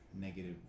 negative